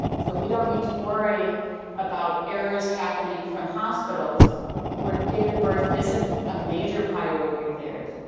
so we don't need to worry about errors happening from hospitals where date of birth isn't a major priority of theirs.